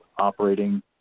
operating